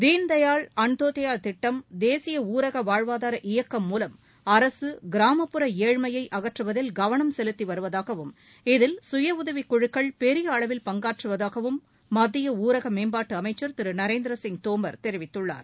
தீன் தயாள் அந்த்யோதயா திட்டம் தேசிய ஊரக வாழ்வாதார இயக்கம் மூலம் அரசு கிராமப்புற ஏழ்மையை அகற்றுவதில் கவனம் செலுத்தி வருவதாகவும் இதில் சுயஉதவிக்குழுக்கள் பெரிய அளவில் பங்காற்றுவதாகவும் மத்திய ஊரக மேம்பாட்டு அமைச்சர் திரு நரேந்திர சிங் தோமர் தெரிவித்துள்ளார்